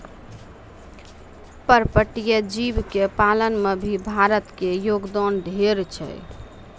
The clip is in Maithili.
पर्पटीय जीव के पालन में भी भारत के योगदान ढेर छै